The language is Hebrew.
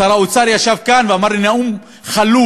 שר האוצר ישב כאן ואמר לי: נאום חלול,